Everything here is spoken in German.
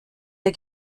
der